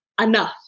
enough